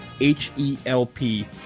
H-E-L-P